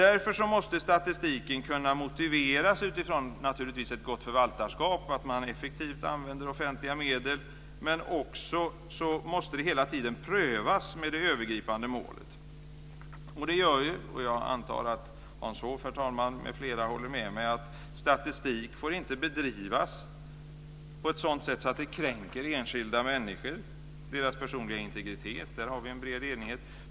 Därför måste statistiken kunna motiveras, naturligtvis utifrån ett gott förvaltarskap och att man effektivt använder offentliga medel. Men den måste också hela tiden prövas mot det övergripande målet. Jag antar att Hans Hoff m.fl. håller med mig, herr talman, om att statistik inte får göras på ett sådant sätt att det kränker enskilda människor och deras personliga integritet. Där har vi en bred enighet.